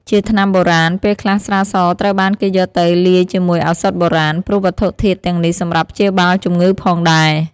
ជាថ្នាំបុរាណ ពេលខ្លះ ស្រាសត្រូវបានគេយកទៅលាយជាមួយឱសថបុរាណ ព្រោះវត្ថុធាតុទាំងនេះសម្រាប់ព្យាបាលជម្ងឺផងដែរ។